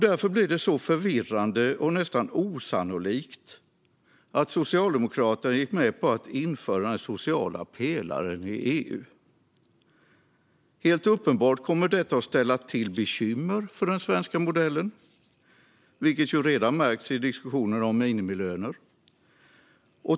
Därför blir det så förvirrande och nästan osannolikt att Socialdemokraterna gick med på att införa den sociala pelaren i EU. Helt uppenbart kommer detta att ställa till bekymmer för den svenska modellen, vilket ju redan märks i diskussionen om minimilöner.